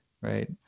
right